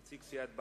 נציג סיעת בל"ד.